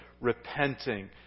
repenting